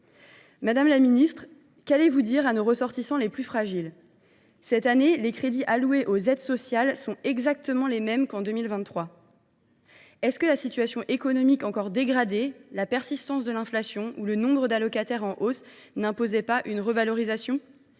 Madame la ministre, qu’allez vous dire à nos ressortissants les plus fragiles ? Cette année, les crédits alloués aux aides sociales sont exactement les mêmes qu’en 2023. La situation économique, encore dégradée, la persistance de l’inflation ou le nombre d’allocataires en hausse n’imposaient ils pas une revalorisation ?